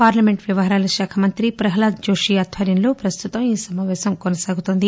parliament వ్యవహారాల శాఖా మంత్రి ప్రహ్లద్ జోషీ ఆధ్వర్యంలో ప్రస్తుతం ఈ సమాపేశం కొనసాగుతోంది